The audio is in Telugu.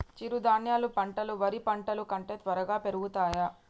చిరుధాన్యాలు పంటలు వరి పంటలు కంటే త్వరగా పెరుగుతయా?